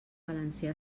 valencià